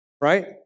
right